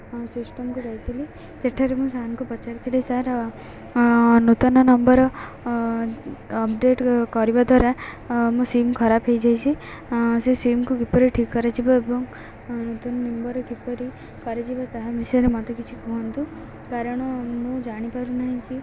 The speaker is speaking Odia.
ସିଷ୍ଟମ୍କୁ ଯାଇଥିଲି ସେଠାରେ ମୁଁ ସେମାନଙ୍କୁ ପଚାରିଥିଲି ସାର୍ ନୂତନ ନମ୍ବର୍ ଅପ୍ଡ଼େଟ୍ କରିବା ଦ୍ୱାରା ମୋ ସିମ୍ ଖରାପ ହୋଇଯାଇଛି ସେ ସିମ୍କୁ କିପରି ଠିକ୍ କରାଯିବ ଏବଂ ନୂତନ ନମ୍ବର୍ କିପରି କରାଯିବ ତାହା ବିଷୟରେ ମୋତେ କିଛି କୁହନ୍ତୁ କାରଣ ମୁଁ ଜାଣିପାରୁନାହିଁ କି